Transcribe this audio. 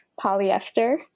Polyester